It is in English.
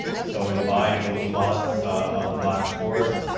so in buying those lots on black forest,